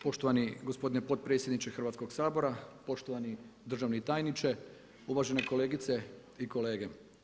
Poštovani gospodine potpredsjedniče Hrvatskoga sabora, poštovani državni tajniče, uvažene kolegice i kolege.